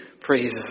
praises